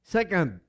Second